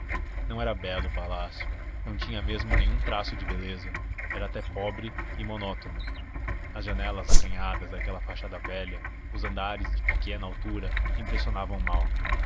não era belo o palácio não tinha mesmo nenhum traço de beleza era até pobre e monótono as janelas acanhadas daquela fachada velha os andares de pequena altura impressionavam mal